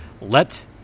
Let